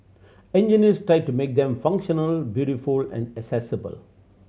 engineers tired to make them functional beautiful and accessible